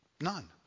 None